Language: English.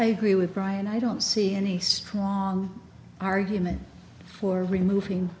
i agree with brian i don't see any strong argument for removing